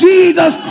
Jesus